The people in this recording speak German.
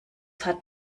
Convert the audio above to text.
hat